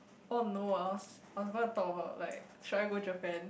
oh no I was I was gonna talk about like should I go Japan